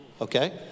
okay